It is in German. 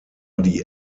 die